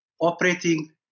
operating